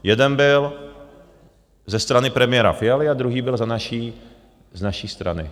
Jeden byl ze strany premiéra Fialy a druhý byl z naší strany.